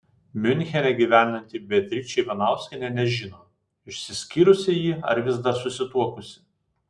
miunchene gyvenanti beatričė ivanauskienė nežino išsiskyrusi ji ar vis dar susituokusi